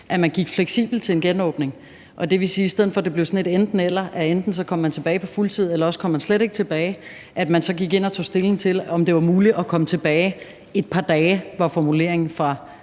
at man gik fleksibelt til en genåbning. Det vil sige, at i stedet for at det blev sådan et enten-eller – at enten kom man tilbage på fuld tid, eller også kom man slet ikke tilbage – så gik man ind og tog stilling til, om det var muligt at komme tilbage et par dage; det var formuleringen fra